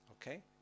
Okay